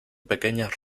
pequeñas